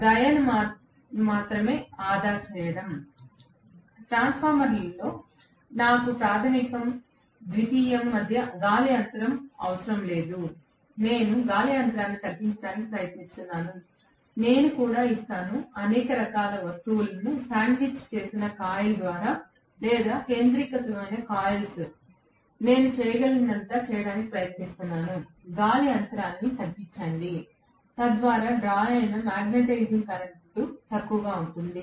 దయను మాత్రమే ఆదా చేయడం ట్రాన్స్ఫార్మర్లో నాకు ప్రాధమిక మరియు ద్వితీయ మధ్య గాలి అంతరం లేదు నేను గాలి అంతరాన్ని తగ్గించడానికి ప్రయత్నిస్తాను నేను కూడా ఇస్తాను లేదా అనేక రకాల వస్తువులను శాండ్విచ్ చేసిన కాయిల్ లేదా కేంద్రీకృత కాయిల్స్ నేను చేయగలిగినదంతా చేయడానికి ప్రయత్నిస్తాను గాలి అంతరాన్ని తగ్గించండి తద్వారా డ్రా అయిన మాగ్నెటైజింగ్ కరెంట్ తక్కువగా ఉంటుంది